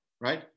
right